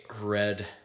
red